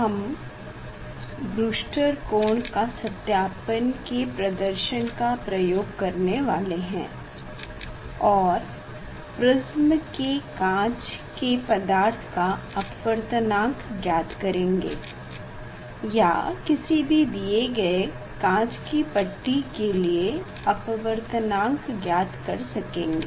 हम ब्रूस्टर कोण के सत्यापन के प्रदर्शन का प्रयोग करने वाले हैं और प्रिस्म के कांच का के पदार्थ का अपवर्तनांक ज्ञात करेंगे या किसी भी दिए गए कांच की पट्टी के लिए अपवर्तनांक ज्ञात कर सकेंगे